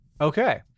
Okay